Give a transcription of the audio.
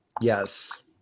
Yes